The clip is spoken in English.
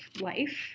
life